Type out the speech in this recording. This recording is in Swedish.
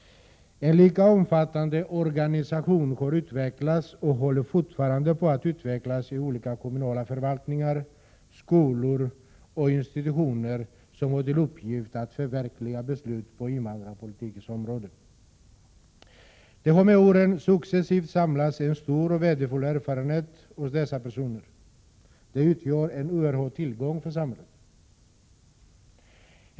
En lika omfattande organisation har utvecklats och håller fortfarande på att utvecklas i olika kommunala förvaltningar, skolor och institutioner som har till uppgift att förverkliga beslut på invandrarpolitikens område. Med åren har det successivt samlats en stor och värdefull erfarenhet hos dessa personer. De utgör en oerhörd tillgång för samhället.